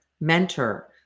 mentor